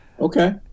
Okay